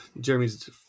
Jeremy's